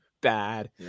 bad